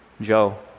Joe